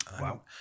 Wow